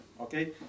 Okay